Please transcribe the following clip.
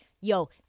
yo